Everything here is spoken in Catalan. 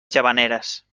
llavaneres